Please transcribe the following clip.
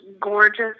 gorgeous